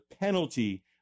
penalty